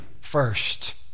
first